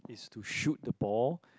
is to shoot the ball